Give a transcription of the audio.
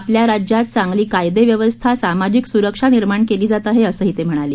आपल्या राज्यात चांगली कायदेव्यवस्था सामाजिक सुरक्षा निर्माण केली जात आहे असंही ते म्हणाले